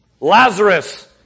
Lazarus